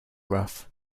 rough